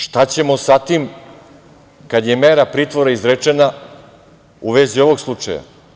Šta ćemo sa tim kad je mera pritvora izrečena, u vezi ovog slučaja?